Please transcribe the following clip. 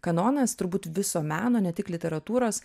kanonas turbūt viso meno ne tik literatūros